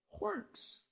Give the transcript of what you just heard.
works